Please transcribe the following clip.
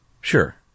Sure